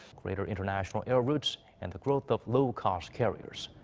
greater international air routes and the growth of low-cost carriers.